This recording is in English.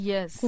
Yes